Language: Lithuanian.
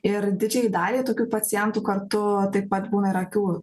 ir didžiąjai dalį tokių pacientų kartu taip pat būna ir akių